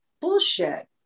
Bullshit